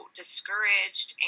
discouraged